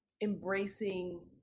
embracing